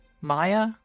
Maya